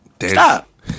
Stop